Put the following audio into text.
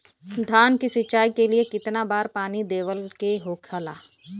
धान की सिंचाई के लिए कितना बार पानी देवल के होखेला?